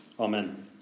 Amen